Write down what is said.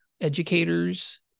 Educators